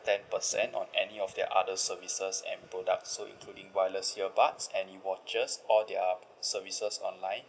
ten percent on any of the other services and products so including wireless earbuds any watches or their services online